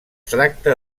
tracta